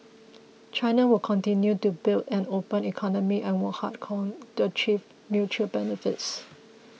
China will continue to build an open economy and work hard coin to achieve mutual benefits